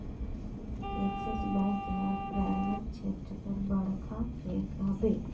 axis bank हर private छेत्र कर बड़खा बेंक हवे